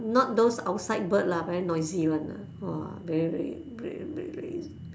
not those outside bird lah very noisy [one] !wah! very very very very